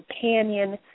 companion